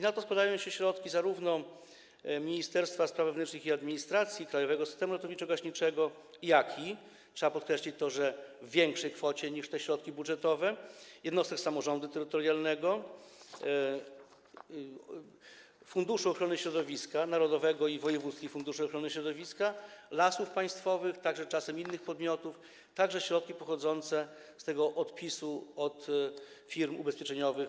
Na to składają się środki zarówno Ministerstwa Spraw Wewnętrznych i Administracji, krajowego systemu ratowniczo-gaśniczego, jak i - trzeba podkreślić to, że w większej kwocie niż środki budżetowe - jednostek samorządu terytorialnego, narodowego funduszu ochrony środowiska i wojewódzkich funduszy ochrony środowiska, Lasów Państwowych, a czasem także innych podmiotów, również środki pochodzące z odpisu od firm ubezpieczeniowych.